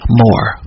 more